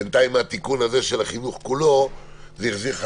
בינתיים התיקון של החינוך כולו החזיר את זה